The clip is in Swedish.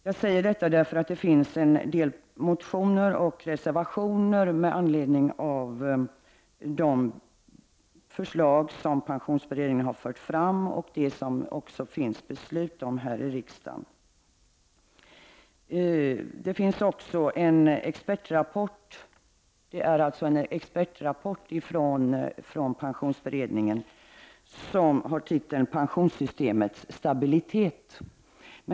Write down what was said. Jag säger detta därför att det finns en del motioner och reservationer med anledning av de förslag som pensionsberedningen har lagt fram och som riksdagen har fattat beslut om. Det finns också en expertrapport från pensionsberedningen som har titeln Pensionssystemets stabilitet.